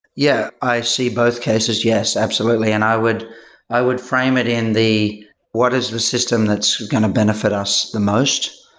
yeah, i see both cases. yes, absolutely. and i would i would frame it in the what is the system that's going to benefit us the most.